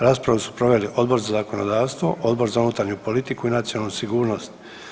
Raspravu su proveli Odbor za zakonodavstvo, Odbor za unutarnju politiku i nacionalnu sigurnost.